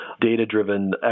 data-driven